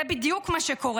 זה בדיוק מה שקורה.